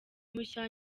mushya